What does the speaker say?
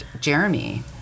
Jeremy